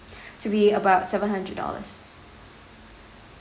to be about seven hundred dollars